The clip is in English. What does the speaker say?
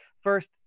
first